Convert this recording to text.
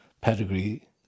pedigree